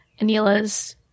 Anila's